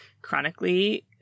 chronically